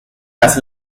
las